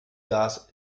gas